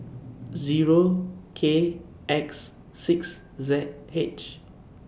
Zero K X six Z H